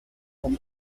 pour